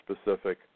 specific